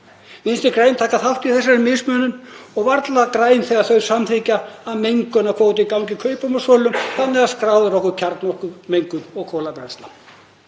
Vinstri græn taka þátt í þessari mismunun og eru varla græn þegar þau samþykkja að mengunarkvóti gangi kaupum og sölum þannig að skráð er á okkur kjarnorkumengun og kolabrennsla.